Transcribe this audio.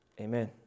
amen